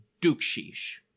Dukshish